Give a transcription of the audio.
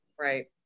Right